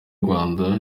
rwanda